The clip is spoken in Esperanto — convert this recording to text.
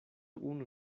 unu